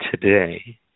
today